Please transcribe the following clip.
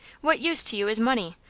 what use to you is money,